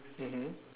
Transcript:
mmhmm